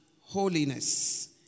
holiness